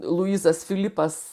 luisas filipas